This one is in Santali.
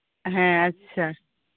ᱦᱮᱸ ᱟᱪᱪᱷᱟ